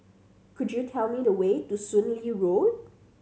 could you tell me the way to Soon Lee Road